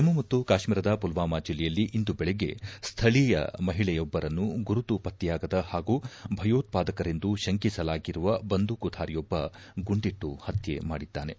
ಜಮ್ಮು ಮತ್ತು ಕಾಶ್ಮೀರದ ಫುಲ್ವಾಮಾ ಜಿಲ್ಲೆಯಲ್ಲಿ ಇಂದು ಬೆಳಿಗ್ಗೆ ಸ್ಹಳೀಯ ಮಹಿಳೆಯೊಬ್ಬರನ್ನು ಗುರುತು ಪತ್ತೆಯಾಗದ ಹಾಗೂ ಭಯೋತ್ವಾದಕರೆಂದು ಶಂಕಿಸಲಾಗಿರುವ ಬಂದೂಕುಧಾರಿಯೊಬ್ಲ ಗುಂಡಿಟ್ಲು ಪತ್ತೆ ಮಾಡಿದ್ದಾನೆ